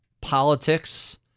politics